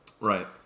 Right